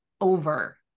over